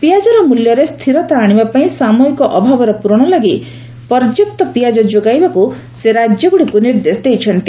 ପିଆଜର ମୂଲ୍ୟରେ ସ୍ଥିରତା ଆଶିବା ପାଇଁ ସାମୟିକ ଅଭାବର ପୂରଣ ଲାଗି ପର୍ଯ୍ୟାପ୍ତ ପିଆଜ ଯୋଗାଇବାକୁ ମଧ୍ୟ ସେ ରାଜ୍ୟଗୁଡ଼ିକୁ ନିର୍ଦ୍ଦେଶ ଦେଇଛନ୍ତି